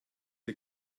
die